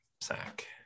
sack